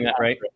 right